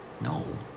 No